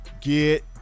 get